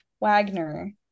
Wagner